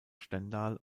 stendal